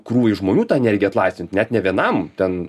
krūvai žmonių tą energiją atlaisvint net ne vienam ten